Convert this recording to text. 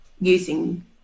using